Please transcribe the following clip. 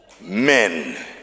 Men